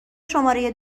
شماره